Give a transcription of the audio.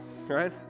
right